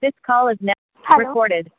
this call recorded hello